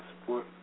support